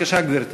בבקשה, גברתי.